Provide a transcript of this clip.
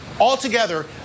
Altogether